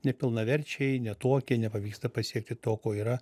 nepilnaverčiai ne tokie nepavyksta pasiekti to ko yra